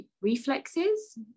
reflexes